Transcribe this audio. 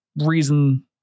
reason